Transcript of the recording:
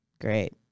Great